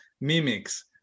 mimics